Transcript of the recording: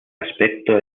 aspecto